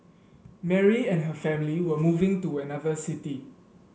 Mary and her family were moving to another city